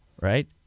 right